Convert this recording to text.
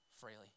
freely